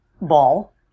ball